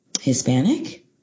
Hispanic